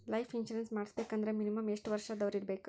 Life insurance ಮಾಡ್ಸ್ಬೇಕಂದ್ರ minimum ಯೆಷ್ಟ್ ವರ್ಷ ದವ್ರಿರ್ಬೇಕು?